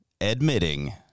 admitting